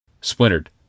Splintered